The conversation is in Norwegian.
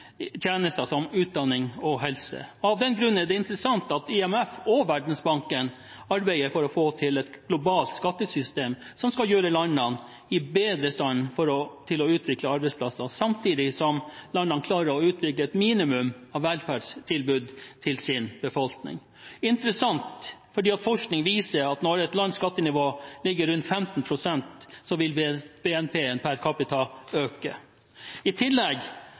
tjenester som utdanning og helse. Av den grunn er det interessant at IMF og Verdensbanken arbeider for å få til et globalt skattesystem som skal gjøre landene bedre i stand til å utvikle arbeidsplasser, samtidig som landene klarer å utvikle et minimum av velferdstilbud til sin befolkning. Det er interessant, fordi forskning viser at når et lands skattenivå ligger rundt 15 pst., vil BNP per capita øke. I tillegg